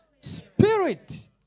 Spirit